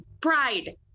pride